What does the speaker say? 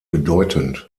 bedeutend